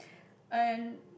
and